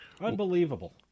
Unbelievable